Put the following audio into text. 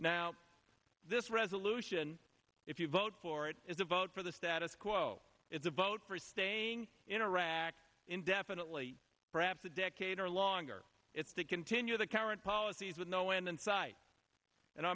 now this resolution if you vote for it is a vote for the status quo is a vote for staying in iraq indefinitely perhaps a decade or longer it's to continue the current policies with no end in sight